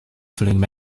following